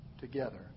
together